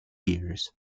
years